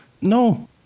no